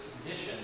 condition